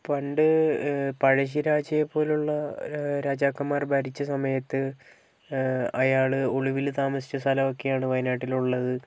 പണ്ട് പഴശ്ശിരാജയെപ്പോലെയുള്ള രാജാക്കന്മാർ ഭരിച്ച സമയത്ത് അയാൾ ഒളിവിൽ താമസിച്ച സ്ഥലം ഒക്കെയാണ് വയനാട്ടിൽ ഉള്ളത്